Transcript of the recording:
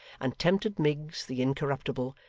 and tempted miggs the incorruptible,